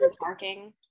parking